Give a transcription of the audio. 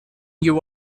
you